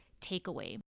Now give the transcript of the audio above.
takeaway